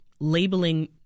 labeling